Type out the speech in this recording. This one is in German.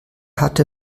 hatte